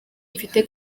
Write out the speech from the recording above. mfite